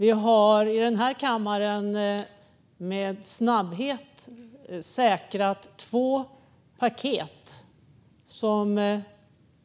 Vi har i den här kammaren med snabbhet säkrat två paket som